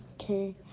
okay